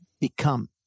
become